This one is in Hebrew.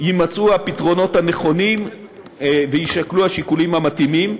יימצאו הפתרונות הנכונים ויישקלו השיקולים המתאימים,